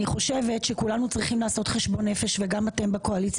אני חושבת שכולנו צריכים לעשות חשבון נפש וגם אתם בקואליציה